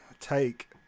take